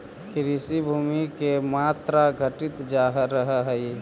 कृषिभूमि के मात्रा घटित जा रहऽ हई